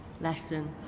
lesson